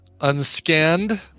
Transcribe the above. unscanned